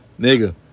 Nigga